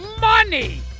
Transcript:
money